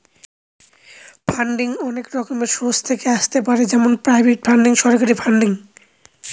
funding অনেক রকমের source থেকে আসতে পারে যেমন প্রাইভেট ফান্ডিং, সরকারি ফান্ডিং